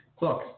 Look